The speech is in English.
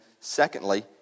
secondly